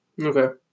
Okay